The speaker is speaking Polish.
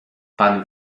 pan